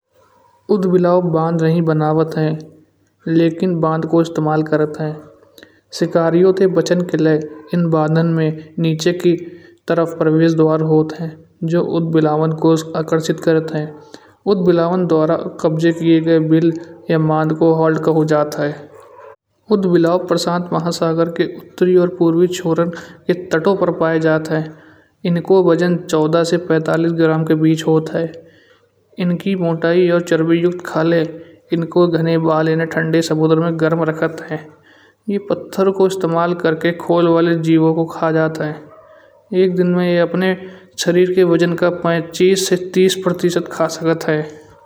ऊदबिलाव बंध नहीं बनावत ह लेकिन बंध को इस्तेमाल करत ह। शिकारियों के बचन के लाय इन बदन म नीचे की तरफ प्रवेश द्वार होत ह जो ऊदबिलावन को आकर्षित करत ह। ऊदबिलावन द्वारा कब्जे किए ग्ये बिल या मंड को ओल्ड खो जात ह। उद्विलाओ प्रशांत महासागर के उत्तरी और पूर्वी छोरान का तट पर पाए जात ह। इनको बजान चौदह से पैंतालीस ग्राम के बीच होत ह। इनकी मोटाई और चरबी युक्त खाले इनको घने बाल इन्हे ठंडे समुंदर मा गरम रखत ह। ये पत्थर को इस्तेमाल करके खोल वाले जीवो को खा जात ह। एक दिन मा येह अपने सरिर के बजान का पच्चीस से तीस प्रतिशत तक खा सकत ह।